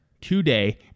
today